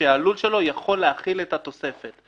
שהלול שלו יכול להכיל את התוספת.